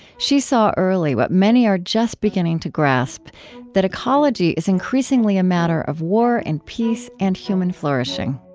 she saw early what many are just beginning to grasp that ecology is increasingly a matter of war and peace and human flourishing